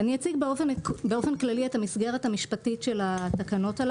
אני אציג באופן כללי את המסגרת המשפטית של התקנות הללו.